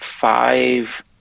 five